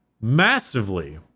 massively